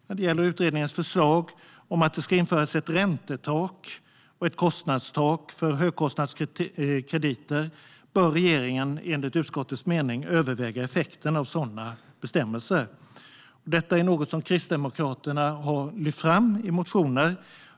När det gäller utredningens förslag om att det ska införas ett räntetak och ett kostnadstak för högkostnadskrediter bör regeringen enligt utskottets mening överväga effekterna av sådana bestämmelser. Detta är något som Kristdemokraterna har lyft fram i motioner.